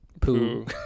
poo